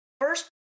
first